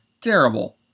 terrible